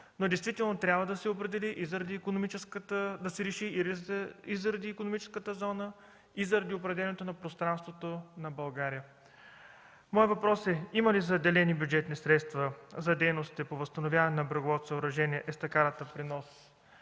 6 месеца, но трябва да се реши и заради икономическата зона, и заради определяне на пространството на България. Моят въпрос е: има ли заделени бюджетни средства за дейностите по възстановяването на бреговото съоръжение – естакадата при нос